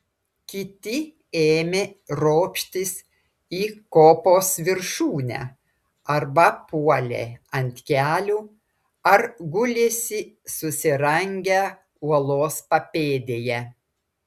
kiti ėmė ropštis į kopos viršūnę arba puolė ant kelių ar gulėsi susirangę uolos papėdėje